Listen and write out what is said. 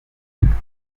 afurika